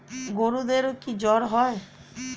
গরুদেরও কি জ্বর হয়?